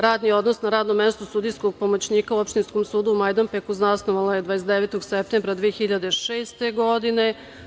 Radni odnos na radnom mestu sudijskog pomoćnika u opštinskom sudu u Majdanpeku zasnovala je 29. septembra 2006. godine.